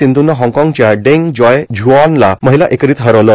सिंधूनं हाँगकाँगच्या Deng Joy झ्रऑनला महिला एकेरीत हरवलं